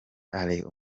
allen